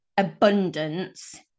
abundance